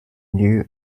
new